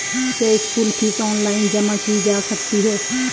क्या school fees online जमा की जा सकती है?